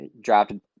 drafted